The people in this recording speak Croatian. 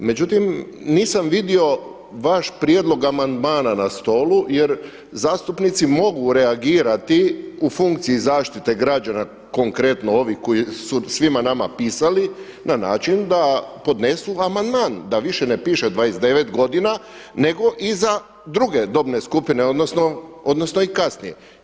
Međutim, nisam vidio vaš prijedlog amandmana na stolu, jer zastupnici mogu reagirati u funkciji zaštiti građana konkretno ovih koji su svima nama pisali na način da podnesu amandman, da više ne piše 29 godina, nego i za druge dobne skupine odnosno i kasnije.